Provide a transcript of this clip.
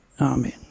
Amen